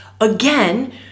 Again